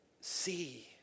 see